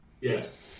Yes